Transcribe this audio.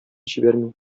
җибәрми